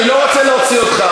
אני לא רוצה להוציא אותך,